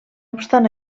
obstant